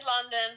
London